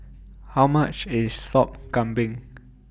How much IS Sop Kambing